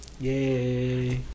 Yay